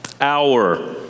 Hour